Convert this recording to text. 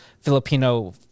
Filipino